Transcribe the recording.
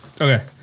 Okay